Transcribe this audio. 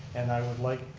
and i would like,